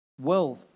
wealth